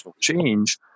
change